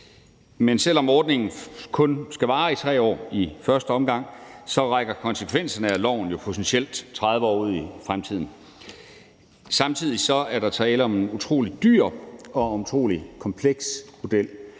Men selv om ordningen kun skal vare i 3 år, i første omgang, rækker konsekvensen af loven jo potentielt 30 år ud i fremtiden. Samtidig er der tale om en utrolig dyr og utrolig kompleks model.